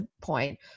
point